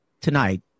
tonight